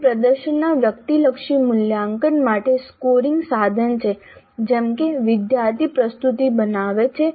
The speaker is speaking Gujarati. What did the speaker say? તે પ્રદર્શનના વ્યક્તિલક્ષી મૂલ્યાંકન માટે સ્કોરિંગ સાધન છે જેમ કે વિદ્યાર્થી પ્રસ્તુતિ બનાવે છે